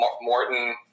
Morton